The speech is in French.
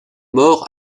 mort